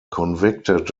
convicted